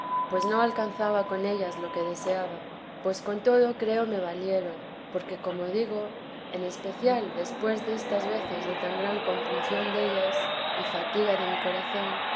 pues no alcanzaba con ellas lo que deseaba pues con todo creo me valieron porque como digo en especial después destas veces de tan gran compunción dellas y fatiga de mi corazón